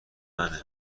منه